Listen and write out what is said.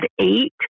eight